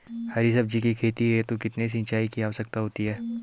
हरी सब्जी की खेती हेतु कितने सिंचाई की आवश्यकता होती है?